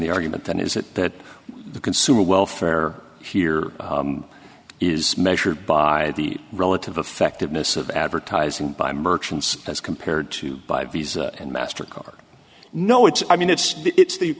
the argument then is that the consumer welfare here is measured by the relative effectiveness of advertising by merchants as compared to by visa and master card no it's i mean it's the it's the